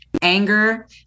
anger